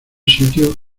sitio